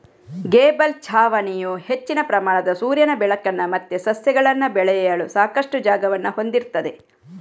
gable ಛಾವಣಿಯು ಹೆಚ್ಚಿನ ಪ್ರಮಾಣದ ಸೂರ್ಯನ ಬೆಳಕನ್ನ ಮತ್ತೆ ಸಸ್ಯಗಳನ್ನ ಬೆಳೆಯಲು ಸಾಕಷ್ಟು ಜಾಗವನ್ನ ಹೊಂದಿರ್ತದೆ